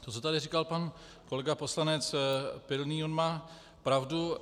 Co tady říkal pan kolega poslanec Pilný, má pravdu.